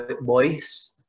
boys